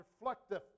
reflective